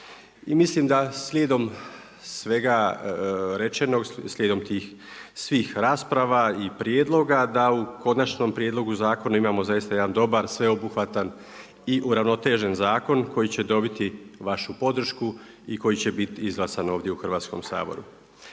mislim da slijedom svega rečenog, slijedom tih svih rasprava i prijedloga, da u konačnom prijedlogu zakonu imamo zaista jedan dobar sveobuhvatan i uravnotežen zakon koji će dobiti vašu podršku i koji će biti izglasan ovdje u Hrvatskom saboru.